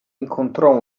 incontro